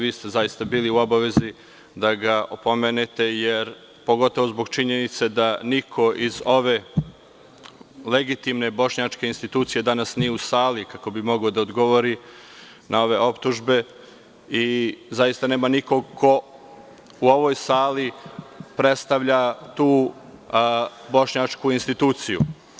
Vi ste zaista bili u obavezi da ga opomenete, pogotovo zbog činjenice da niko iz ove legitimne Bošnjačke institucije danas nije u sali kako bi mogao da odgovori na ove optužbe i zaista nema nikog ko u ovoj sali predstavlja tu Bošnjačku instituciju.